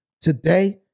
today